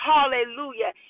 Hallelujah